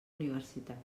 universitat